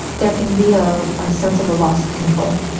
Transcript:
there can be ah a sense of a loss of control.